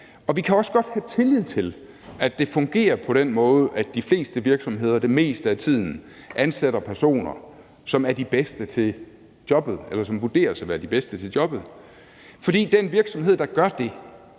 Og vi kan også godt have tillid til, at det fungerer på den måde, at de fleste virksomheder det meste af tiden ansætter personer, som er de bedste til jobbet, eller som vurderes at være de bedste til jobbet. For den virksomhed, der gør det,